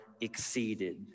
exceeded